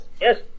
yes